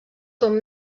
com